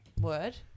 word